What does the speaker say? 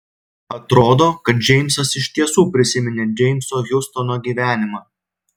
atrodo kad džeimsas iš tiesų prisiminė džeimso hiustono gyvenimą